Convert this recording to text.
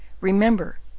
Remember